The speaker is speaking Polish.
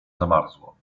zamarzło